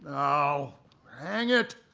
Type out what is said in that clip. oh hang it!